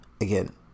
Again